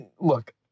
look